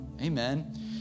Amen